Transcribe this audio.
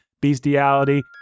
bestiality